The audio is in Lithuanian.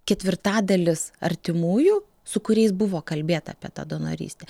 ketvirtadalis artimųjų su kuriais buvo kalbėta apie tą donorystę